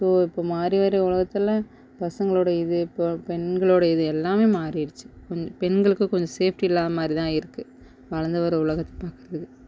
so இப்போது இப்போ மாறி வர உலகத்தில் பசங்களோட இது இப்போ பெண்களோட இது எல்லாமே மாறிடுச்சு கொஞ்சம் பெண்களுக்கு கொஞ்சம் சேஃப்டி இல்லாத மாதிரி தான் இருக்கு வளர்ந்து வரும் உலகத்தை பார்க்கறதுக்கு